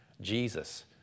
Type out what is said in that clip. Jesus